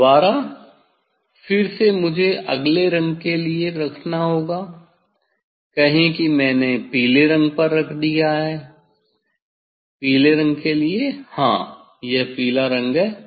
दोबारा फिर से मुझे अगले रंग के लिए संदर्भ समय 3018 रखना होगा कहें कि मैंने पीले रंग पर रख दिया है पीले रंग के लिए हाँ यह पीला रंग है